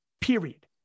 period